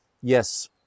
yes